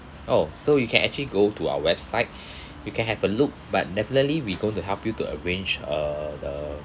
oh so you can actually go to our website you can have a look but definitely we going to help you to arrange uh the